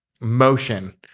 motion